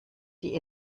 die